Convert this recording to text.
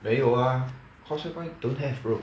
没有 ah causeway point don't have bro